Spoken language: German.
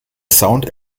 sound